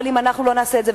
אבל אם אנחנו לא נעשה את זה,